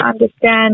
understand